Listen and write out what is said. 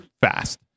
fast